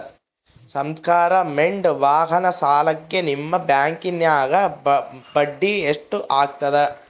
ನಮಸ್ಕಾರ ಮೇಡಂ ವಾಹನ ಸಾಲಕ್ಕೆ ನಿಮ್ಮ ಬ್ಯಾಂಕಿನ್ಯಾಗ ಬಡ್ಡಿ ಎಷ್ಟು ಆಗ್ತದ?